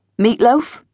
Meatloaf